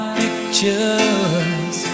pictures